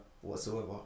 whatsoever